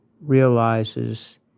realizes